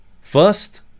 First